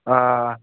آ